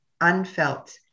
unfelt